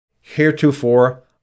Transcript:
heretofore